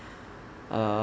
uh